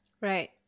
Right